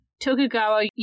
Tokugawa